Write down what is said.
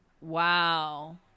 Wow